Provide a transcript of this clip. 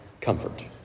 comfort